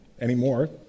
anymore